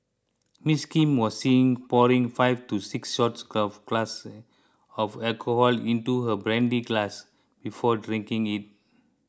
Ms Kim was seen pouring five to six shot glasses of alcohol into her brandy glass before drinking it